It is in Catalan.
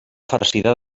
farcida